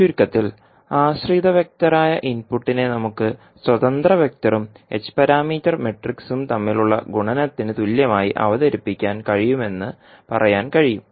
ചുരുക്കത്തിൽ ആശ്രിത വെക്റ്റർ ആയ ഇൻപുട്ടിനെ നമുക്ക് സ്വതന്ത്ര വെക്റ്ററും h പാരാമീറ്റർ മാട്രിക്സും തമ്മിലുള്ള ഗുണനത്തിന് തുല്യമായി അവതരിപ്പിക്കാൻ കഴിയുമെന്ന് പറയാൻ കഴിയും